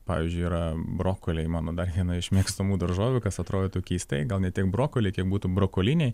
pavyzdžiui yra brokoliai mano dar viena iš mėgstamų daržovių kas atrodytų keistai gal ne tik brokoliai kiek būtų brokoliniai